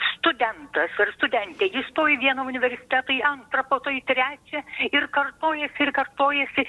studentas ar studentė įstojo į vieną universitetą į antrą po to į trečią ir kartojasi ir kartojasi